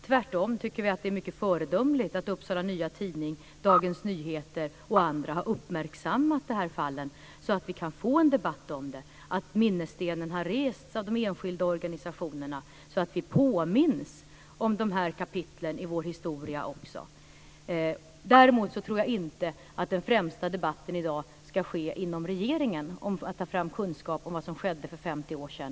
Tvärtom tycker vi att det är mycket föredömligt att Upsala Nya Tidning, Dagens Nyheter och andra har uppmärksammat de här fallen så att vi kan få en debatt om detta och att minnesstenen har rests av de enskilda organisationerna så att vi påminns också om de här kapitlen i vår historia. Däremot tror jag inte att debatten i dag främst ska ske inom regeringen när det gäller att ta fram kunskap om vad som skedde för 50 år sedan.